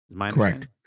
Correct